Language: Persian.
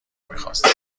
میخواستم